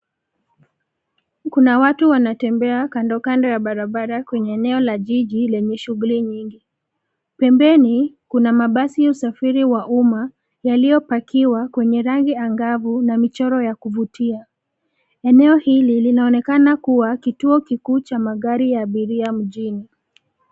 Kuna watu wanatembea kando, kando ya barabara kwenye eneo la jiji lenye shughuli nyingi. Pembeni kuna mabasi ya usafiri wa umma yaliyopakiwa kwenye rangi angavu na michoro ya kuvutia. Eneo hili linaonekena kua kituo kikuu cha magari ya abiria mjini.